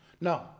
No